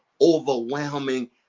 overwhelming